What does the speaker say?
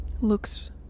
looks